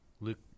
Luke